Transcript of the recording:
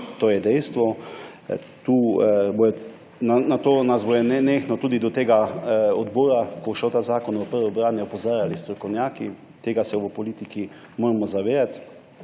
To je dejstvo. Na to nas bodo nenehno tudi do tega odbora, ko bo šel ta zakon v prvo branje, opozarjali strokovnjaki. Tega se v politiki moramo zavedati.